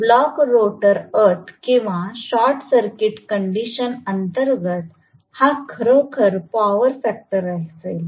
block rotor अट किंवा short circuit condition अंतर्गत हा खरोखर पॉवर फॅक्टर असेल